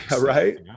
Right